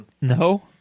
no